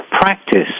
practice